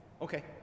Okay